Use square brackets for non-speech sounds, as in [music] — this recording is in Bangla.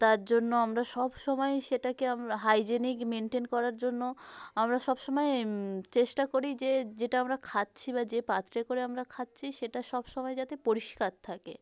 তার জন্য আমরা সব সময় সেটাকে [unintelligible] হাইজেনিক মেন্টেন করার জন্য আমরা সব সময় চেষ্টা করি যে যেটা আমরা খাচ্ছি বা যে পাত্রে করে আমরা খাচ্ছি সেটা সব সময় যাতে পরিষ্কার থাকে